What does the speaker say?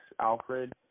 Alfred